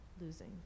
losing